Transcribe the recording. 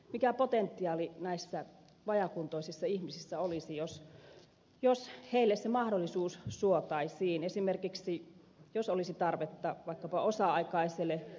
mikä potentiaali näissä vajaakuntoisissa ihmisissä olisi jos heille se mahdollisuus suotaisiin esimerkiksi jos olisi tarvetta vaikkapa osa aikaiselle työntekijälle